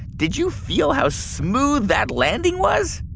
did you feel how smooth that landing was?